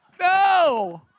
no